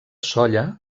sóller